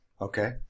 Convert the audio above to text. Okay